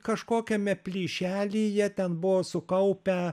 kažkokiame plyšelyje ten buvo sukaupę